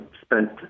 spent